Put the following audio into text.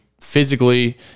physically